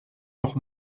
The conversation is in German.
noch